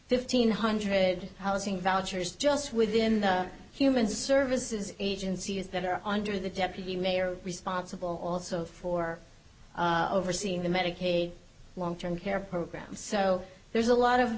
fifteen hundred housing vouchers just within the human services agencies that are under the deputy mayor responsible also for overseeing the medicaid long term care program so there's a lot of